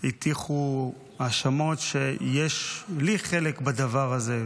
הטיחו האשמות שיש לי חלק בדבר הזה,